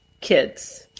kids